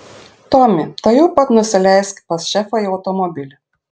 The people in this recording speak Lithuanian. tomi tuojau pat nusileisk pas šefą į automobilį